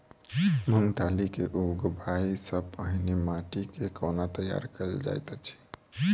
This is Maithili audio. मूंग दालि केँ उगबाई सँ पहिने माटि केँ कोना तैयार कैल जाइत अछि?